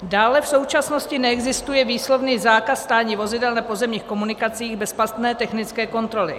Dále v současnosti neexistuje výslovný zákaz stání vozidel na pozemních komunikacích bez platné technické kontroly.